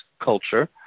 culture